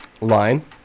line